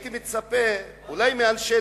אמרתי,